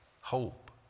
hope